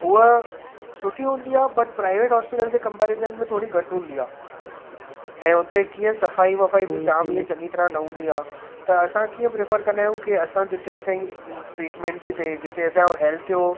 हूअ सुठी हूंदी आहे बट प्राइवेट हॉस्पिटल्स जे कम्पेरीजन में थोरी घटि हूंदी आहे ऐं हुते कीअं सफ़ाई वफ़ाई बि जाम हीअ चङी तरहं न हूंदी आहे त असां कींअ प्रैफर कंदा आहियूं त की असां जिते असांई ट्रिट्मेंट थी थिए जिते असांओ हैल्थ जो